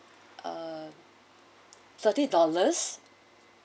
ah thirty dollars